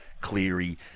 Cleary